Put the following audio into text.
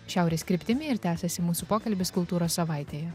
šiaurės kryptimi ir tęsiasi mūsų pokalbis kultūros savaitėje